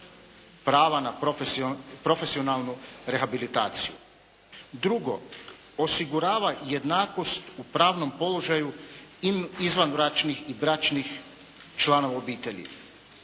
prava profesionalnu rehabilitaciju. Drugo, osigurava jednakost u pravnom položaju izvanbračnih i bračnih članova obitelji,